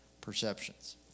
perceptions